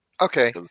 Okay